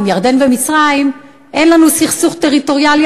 עם ירדן ומצרים אין לנו סכסוך טריטוריאלי